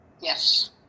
Yes